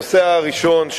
הנושא הראשון,